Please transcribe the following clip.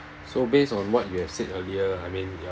so based on what you have said earlier I mean